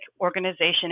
organization